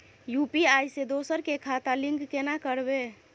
UPI से दोसर के खाता लिंक केना करबे?